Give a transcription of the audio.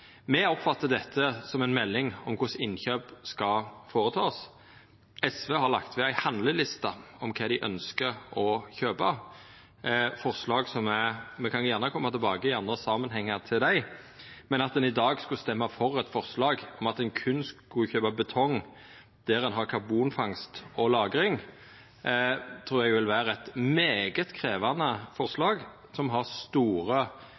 Me oppfattar dette som ei melding om korleis ein skal føreta innkjøp. SV har lagt ved ei handleliste over kva dei ønskjer å kjøpa. Me kan gjerne koma tilbake til desse forslaga i andre samanhengar, men at ein i dag skulle stemma for eit forslag om at ein berre skulle kjøpa betong der ein har karbonfangst- og lagring, trur eg vil vera eit svært krevjande forslag, som har store